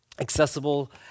accessible